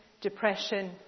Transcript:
depression